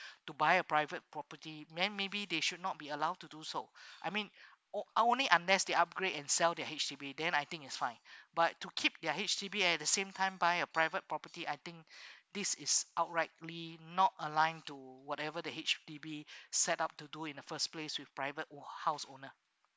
to buy a private property man maybe they should not be allowed to do so I mean on~ are only unless they upgrade and sell their H_D_B then I think it's fine but to keep their H_D_B at the same time buy a private property I think this is outrightly not align to whatever the H_D_B set up to do in the first place with private or house owner